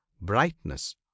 brightness